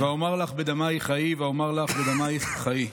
"ואֹמר לך בדמיך חיי ואֹמר לך בדמיך חיי".